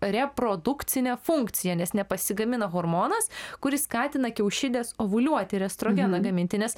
reprodukcinę funkciją nes nepasigamina hormonas kuris skatina kiaušides ovuliuoti ir estrogeną gaminti nes